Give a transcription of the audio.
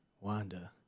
Wanda